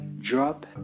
drop